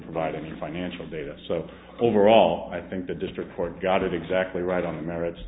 provide any financial data so overall i think the district court got it exactly right on the merits